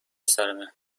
سرمه